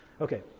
Okay